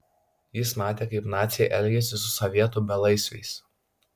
jis matė kaip naciai elgiasi su sovietų belaisviais